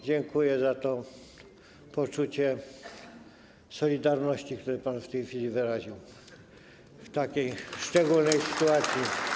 Dziękuję za to poczucie solidarności, które pan w tej chwili wyraził w takiej szczególnej sytuacji.